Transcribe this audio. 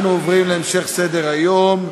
אנחנו עוברים להמשך סדר-היום: